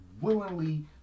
willingly